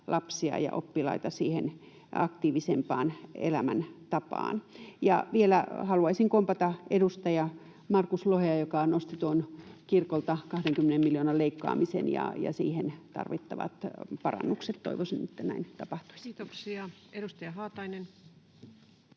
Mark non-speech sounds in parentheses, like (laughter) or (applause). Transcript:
lapsia ja oppilaita siihen aktiivisempaan elämäntapaan. Vielä haluaisin kompata edustaja Markus Lohea, joka nosti tuon kirkolta (noise) 20 miljoonan leikkaamisen ja siihen tarvittavat parannukset. Toivoisin, että näin ei tapahtuisi. Kiitoksia. — Edustaja Haatainen.